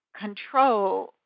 control